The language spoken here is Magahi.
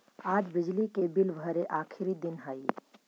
आज बिजली के बिल भरे के आखिरी दिन हई